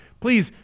please